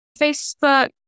Facebook